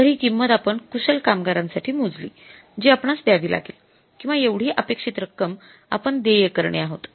तर हि किंमत आपण कुशल कामगारांसाठी मोजली जी आपणास द्यावी लागेल किंवा एवढी अपेक्षित रक्कम आपण देय करणे आहोत